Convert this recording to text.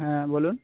হ্যাঁ বলুন